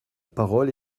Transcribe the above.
parole